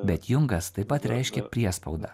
bet jungas taip pat reiškia priespaudą